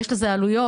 ויש לזה עלויות.